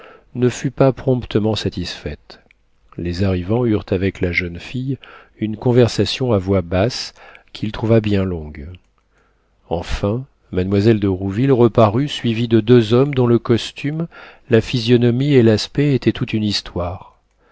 ne fut pas promptement satisfaite les arrivants eurent avec la jeune fille une conversation à voix basse qu'il trouva bien longue enfin mademoiselle de rouville reparut suivie de deux hommes dont le costume la physionomie et l'aspect étaient toute une histoire